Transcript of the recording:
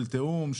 של תיאום,